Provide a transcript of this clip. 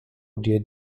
dir